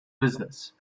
business